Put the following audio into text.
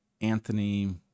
anthony